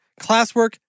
classwork